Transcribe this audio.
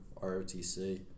ROTC